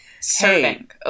serving